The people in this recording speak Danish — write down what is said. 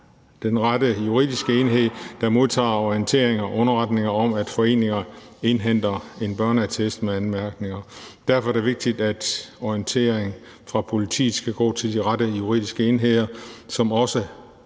den rette juridiske enhed, der modtager orientering og underretninger om, at foreninger indhenter en børneattest med anmærkninger. Derfor er det vigtigt, at orientering fra politiet skal gå til de rette juridiske enheder, som også